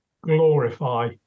glorify